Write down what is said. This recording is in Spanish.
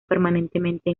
permanentemente